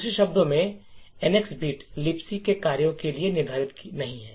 दूसरे शब्दों में एनएक्स बिट LibC में कार्यों के लिए निर्धारित नहीं है